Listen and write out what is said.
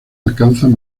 alcanzan